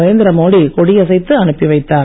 நரேந்திர மோடி கொடி அசைத்து அனுப்பி வைத்தார்